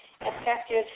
effective